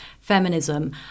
feminism